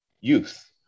youth